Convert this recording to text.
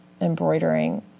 embroidering